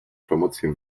promocję